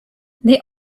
they